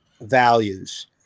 values